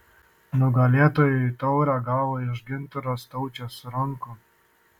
nugalėtojai taurę gavo iš gintaro staučės rankų